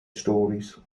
stories